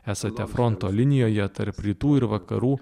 esate fronto linijoje tarp rytų ir vakarų